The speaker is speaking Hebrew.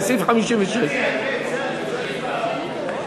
לסעיף 56. רבותי,